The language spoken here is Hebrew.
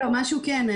משהו כן,